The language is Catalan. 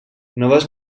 noves